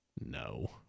No